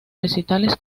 recitales